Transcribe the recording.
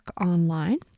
online